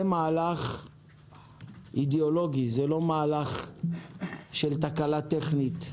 זה מהלך אידיאולוגי, זה לא מהלך של תקלה טכנית.